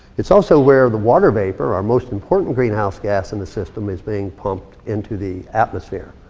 it's also where the water vapor, our most important greenhouse gas in the system, is being pumped into the atmosphere.